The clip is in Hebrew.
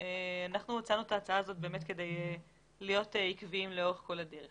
אנחנו הצענו את ההצעה הזאת כדי להיות עקביים לאורך כל הדרך